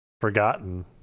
Forgotten